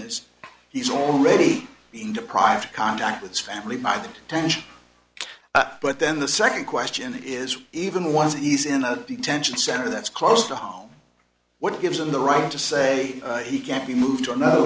is he's already been deprived of contact with his family by the attention but then the second question is even once it is in a detention center that's close to home what gives him the right to say he can't be moved to another